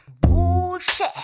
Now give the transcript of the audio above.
Bullshit